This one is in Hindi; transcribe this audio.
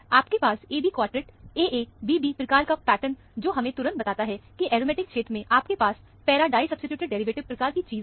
आपके पास AB क्वार्टेट AA'BB' प्रकार का पैटर्न जो हमें तुरंत बताता है की एरोमेटिक क्षेत्र में आपके पास पैरा डाई सब्सीट्यूटेड डेरिवेटिव प्रकार की चीज है